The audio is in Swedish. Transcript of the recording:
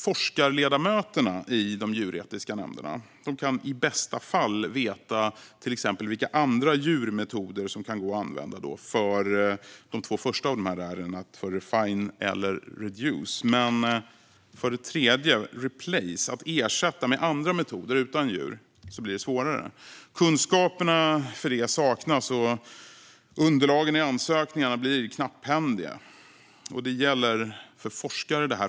Forskarledamöterna i de djurförsöksetiska nämnderna kan i bästa fall veta till exempel vilka andra djurmetoder som kan gå att använda för de två första av dessa r, refine och reduce. Men för det tredje, replace, att ersätta med andra metoder utan djur, blir det svårare. Kunskaperna för det saknas. Underlagen i ansökningarna blir knapphändiga. Detta gäller för forskare.